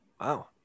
Wow